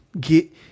get